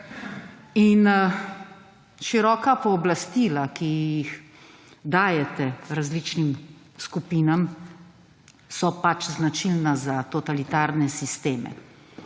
In široka pooblastila, ki jih dajete različnim skupinam, so pač značilna za totalitarne sisteme.